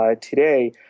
today